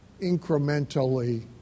incrementally